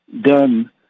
done